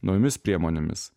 naujomis priemonėmis